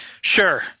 Sure